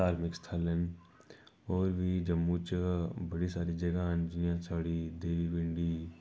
धार्मिक स्थल न होर बी जम्मू च बड़ी सारे जगह् न जियां साढ़ी देवी पिंडी